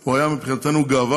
הוא היה מבחינתנו גאווה,